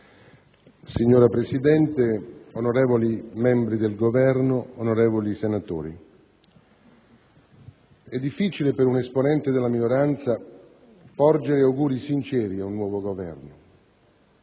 Signora Presidente, onorevoli membri del Governo, onorevoli senatori, è difficile per un esponente della minoranza porgere auguri sinceri ad un nuovo Governo: